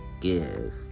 give